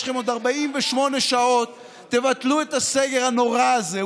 יש לכם עוד 48 שעות, תבטלו את הסגר הנורא הזה.